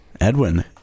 Edwin